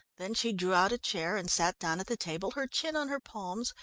then she drew out a chair, and sat down at the table, her chin on her palms,